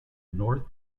north